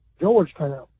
Georgetown